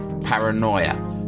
paranoia